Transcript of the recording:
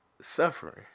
suffering